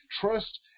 Trust